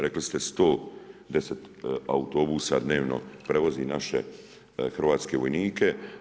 Rekli ste 110 autobusa dnevno prevozi naše hrvatske vojnike.